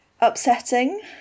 upsetting